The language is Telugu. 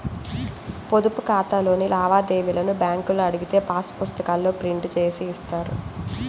పొదుపు ఖాతాలోని లావాదేవీలను బ్యేంకులో అడిగితే పాసు పుస్తకాల్లో ప్రింట్ జేసి ఇస్తారు